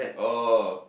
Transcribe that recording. oh